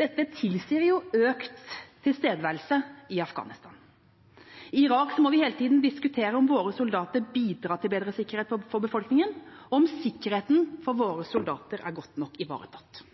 Dette tilsier økt tilstedeværelse i Afghanistan. I Irak må vi hele tida diskutere om våre soldater bidrar til bedre sikkerhet for befolkninga, og om sikkerheten for våre soldater er godt nok ivaretatt.